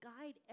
guide